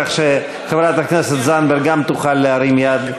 כך שחברת הכנסת זנדברג גם תוכל להרים יד.